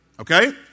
Okay